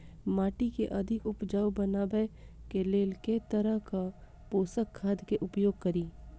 माटि केँ अधिक उपजाउ बनाबय केँ लेल केँ तरहक पोसक खाद केँ उपयोग करि?